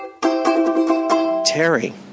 Terry